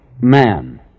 man